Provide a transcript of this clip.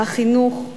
החינוך,